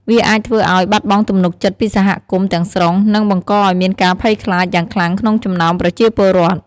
វាអាចធ្វើឲ្យ បាត់បង់ទំនុកចិត្តពីសហគមន៍ ទាំងស្រុង និង បង្កឲ្យមានការភ័យខ្លាច យ៉ាងខ្លាំងក្នុងចំណោមប្រជាពលរដ្ឋ។